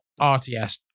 RTS